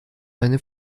eine